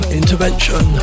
intervention